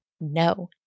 No